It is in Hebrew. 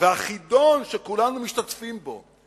והחידון שכולנו משתתפים בו: